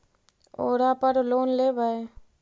ओरापर लोन लेवै?